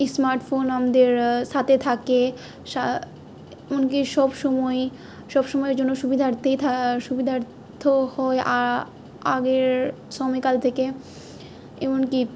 smartphone আমাদের সাথে থাকে সা এমনকি সব সময় সব সময়ের জন্য সুবিধার্থই থ সুবিধার্থ হয় আগের সময়কাল থেকে এমনকি